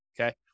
okay